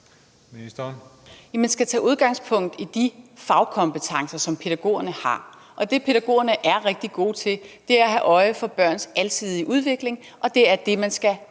Man skal tage udgangspunkt i de fagkompetencer, som pædagogerne har, og det, pædagogerne er rigtig gode til, er at have øje for børns alsidige udvikling, og det er det, man skal